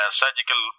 surgical